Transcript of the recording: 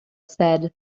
said